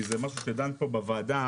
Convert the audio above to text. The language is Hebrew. כי זה משהו שדנו פה בוועדה,